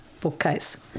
bookcase